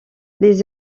les